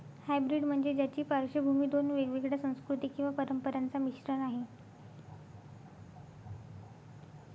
hybrid म्हणजे ज्याची पार्श्वभूमी दोन वेगवेगळ्या संस्कृती किंवा परंपरांचा मिश्रण आहे